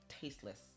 tasteless